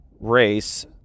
race